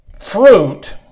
fruit